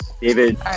David